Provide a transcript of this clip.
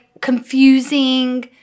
confusing